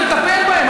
ולטפל בהן.